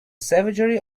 savagery